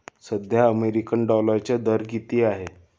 सध्या अमेरिकन डॉलरचा दर किती आहे?